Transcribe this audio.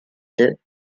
deux